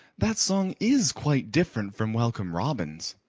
that song is quite different from welcome robin's.